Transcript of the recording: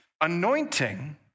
Anointing